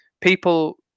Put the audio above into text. people